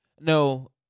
No